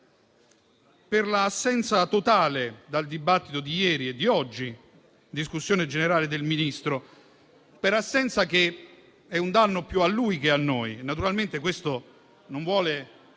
per l'assenza totale dal dibattito di ieri e di oggi in discussione generale del Ministro. Un'assenza che è un danno più a lui che a noi. Naturalmente questo non vuole